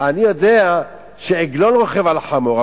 אני יודע שעגלון רוכב על חמור,